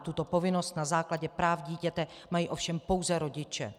Tuto povinnost na základě práv dítěte mají ovšem pouze rodiče.